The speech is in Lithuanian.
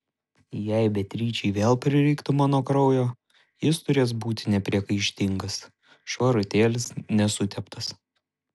jei beatričei vėl prireiktų mano kraujo jis turės būti nepriekaištingas švarutėlis nesuteptas